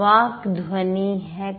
वाक् ध्वनि है क